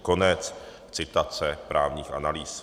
Konec citace právních analýz.